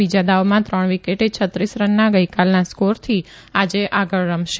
બીજા દાવમાં ત્રણ વિકેટે છત્રીસ રનના ગઇકાલના સ્કોરથી આજે આગળ રમશે